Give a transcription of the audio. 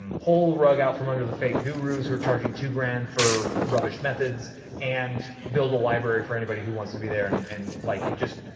um pull the rug out from under the fake gurus who are charging two thousand for rubbish methods and build a library for anybody who wants to be there? and and like it just